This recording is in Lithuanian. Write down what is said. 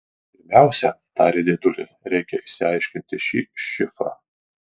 pirmiausia tarė dėdulė reikia išsiaiškinti šį šifrą